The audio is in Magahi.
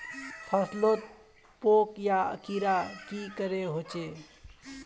फसलोत पोका या कीड़ा की करे होचे?